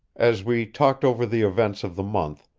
as we talked over the events of the month,